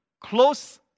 close